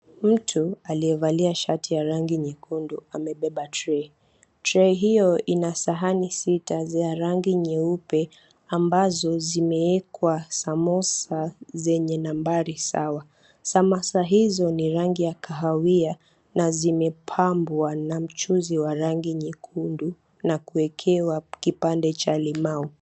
Mtu aliyevalia shati la rangi nyekundu amebeba trei. Trei hiyo ina sahani sita za rangi nyeupe ambazo zimewekwa samosa zenye nambari sawa. Samosa hizo ni rangi ya kahawia na zimepambwa na mchuzi wa rangi nyekundu na kuwekewa kipande cha limau.